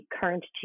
current